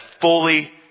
fully